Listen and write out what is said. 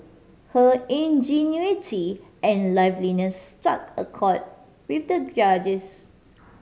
her ingenuity and liveliness struck a chord with the judges